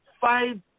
five